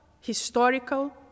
historical